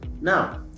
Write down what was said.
Now